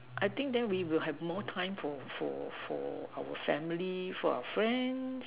I think then we will have more time for for for our family for our friends